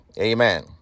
Amen